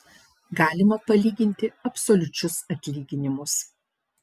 galima palyginti absoliučius atlyginimus